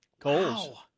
Coals